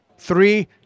Three